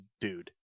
dude